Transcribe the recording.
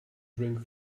drink